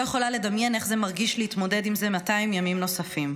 אני לא יכולה לדמיין איך זה מרגיש להתמודד עם זה 200 ימים נוספים.